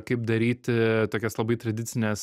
kaip daryti tokias labai tradicines